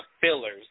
fillers